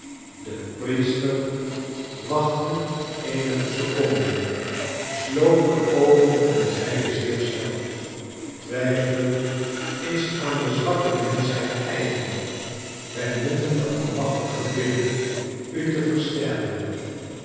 de priester wachtte eenige seconden sloot de oogen en zeide zeer snel twijfelen is aan de zwakke menschheid eigen wij moeten den almachtige bidden u te versterken